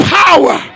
power